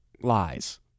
lies